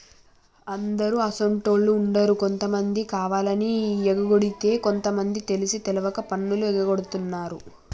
అందరు అసోంటోళ్ళు ఉండరు కొంతమంది కావాలని ఎగకొడితే కొంత మంది తెలిసి తెలవక పన్నులు ఎగగొడుతున్నారు